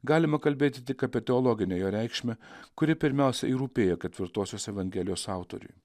galima kalbėti tik apie teologinę jo reikšmę kuri pirmiausiai ir rūpėjo ketvirtosios evangelijos autoriui